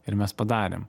ir mes padarėm